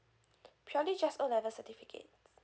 purely just O level certificate